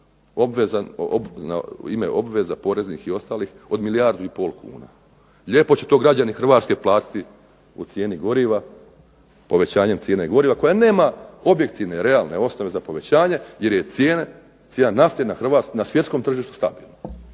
ime obveza poreza i ostalih od milijardu i pol kuna. Lijepo će to građani Hrvatske platiti u cijeni goriva, povećanjem cijene goriva koja nema objektivne, realne osnove za povećanje jer je cijena nafte na svjetskom tržištu stabilna,